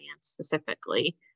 specifically